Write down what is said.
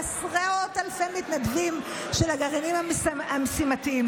עשרות אלפי מתנדבים של הגרעינים המשימתיים,